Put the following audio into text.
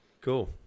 Cool